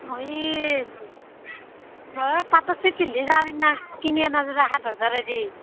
মই মই পাটৰ ছেট পিন্ধি যাম সিদিনা কিনি অনাযোৰা সাত হাজাৰেদি